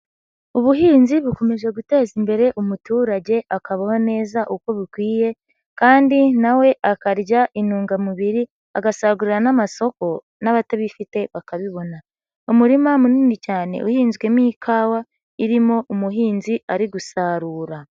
Ubuhinzi bukomeje guteza imbere umuturage akabaho neza, uko bikwiye kandi na we akarya intungamubiri, agasagurira n'amasoko n'abatabifite bakabibona. Umurima munini cyane, uhinzwemo ikawa, irimo umuhinzi ari gusarura.